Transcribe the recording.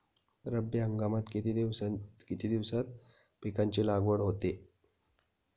रब्बी हंगामात किती दिवसांत पिकांची लागवड होते?